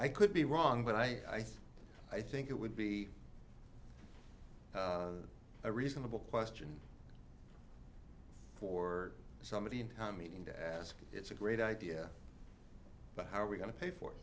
i could be wrong but i think i think it would be a reasonable question for somebody in town meeting to ask it's a great idea but how are we going to pay for it